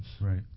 Right